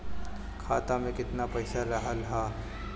खाता में केतना पइसा रहल ह?